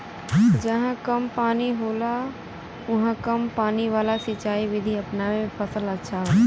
जहां कम पानी होला उहाँ कम पानी वाला सिंचाई विधि अपनावे से फसल अच्छा होला